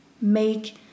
make